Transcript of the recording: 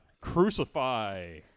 crucify